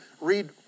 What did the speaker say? Read